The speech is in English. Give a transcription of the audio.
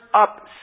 up